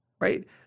right